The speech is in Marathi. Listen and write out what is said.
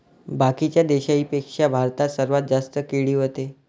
बाकीच्या देशाइंपेक्षा भारतात सर्वात जास्त केळी व्हते